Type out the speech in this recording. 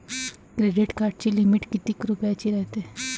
Credit कार्डाची limit कितीक रुपयाची रायते?